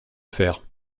faire